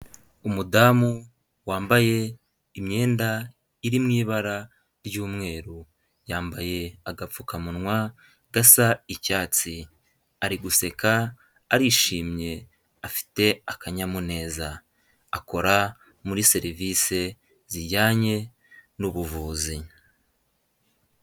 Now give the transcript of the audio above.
Umudamu wambaye imyenda iri mu ibara ry'umweru, yambaye agapfukamunwa gasa icyatsi ari guseka arishimye afite akanyamuneza, akora muri serivise zijyanye n'ubuvuzi.